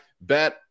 Bet